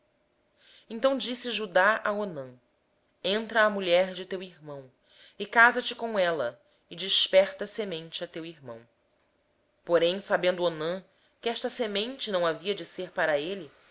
então disse judá a onã toma a mulher de teu irmão e cumprindo lhe o dever de cunhado suscita descendência a teu irmão onã porém sabia que tal descendência não havia de ser para ele